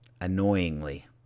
annoyingly